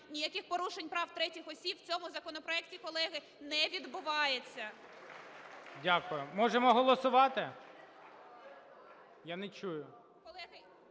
ніяких порушень прав третіх в цьому законопроекті, колеги, не відбувається. ГОЛОВУЮЧИЙ. Дякую. Можемо голосувати? Я не чую.